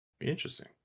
interesting